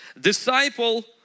Disciple